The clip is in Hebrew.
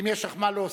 אם יש לך מה להוסיף.